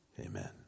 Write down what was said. Amen